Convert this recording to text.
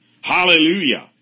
Hallelujah